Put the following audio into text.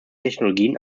technologien